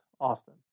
often